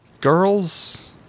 girls